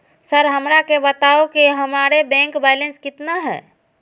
Sir हमरा के बताओ कि हमारे बैंक बैलेंस कितना है?